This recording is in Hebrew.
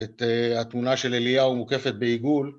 את התמונה של אליהו מוקפת בעיגול.